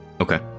Okay